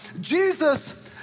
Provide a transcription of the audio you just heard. Jesus